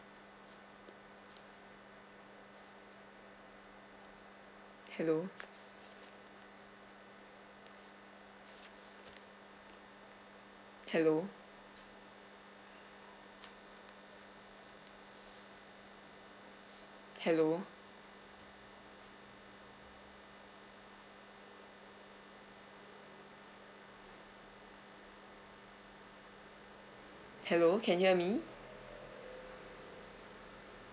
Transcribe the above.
hello hello hello hello can you hear me